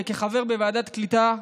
וכחבר בוועדת הקליטה,